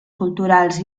culturals